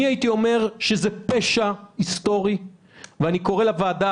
אני הייתי אומר שזה פשע היסטורי ואני קורא לוועדה